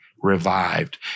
Revived